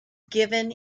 given